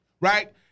right